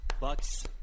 Bucks